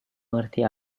mengerti